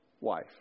wife